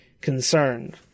concerned